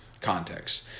context